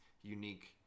unique